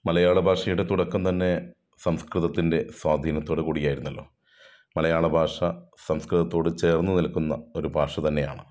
മലയാളഭാഷയുടെ തുടക്കം തന്നെ സംസ്കൃതത്തിൻ്റെ സ്വാധീനത്തോട് കൂടി ആയിരുന്നല്ലോ മലയാളഭാഷ സംസ്കൃതത്തോട് ചേർന്ന് നിൽക്കുന്ന ഒരു ഭാഷ തന്നെയാണ്